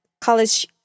college